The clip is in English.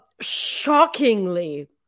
shockingly